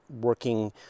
working